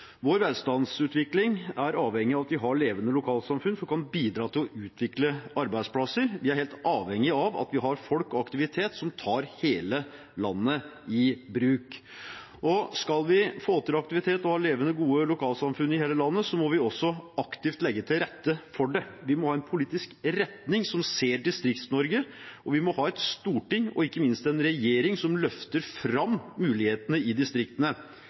Vår velstandsutvikling er avhengig av at vi har levende lokalsamfunn som kan bidra til å utvikle arbeidsplasser. Vi er helt avhengige av at vi har folk og aktivitet som tar hele landet i bruk. Skal vi få til aktivitet og ha levende og gode lokalsamfunn i hele landet, må vi også aktivt legge til rette for det. Vi må ha en politisk retning som ser Distrikts-Norge, og vi må ha et storting – og ikke minst en regjering – som løfter fram mulighetene i distriktene.